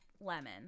Lemon